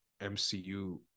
MCU